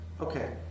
Okay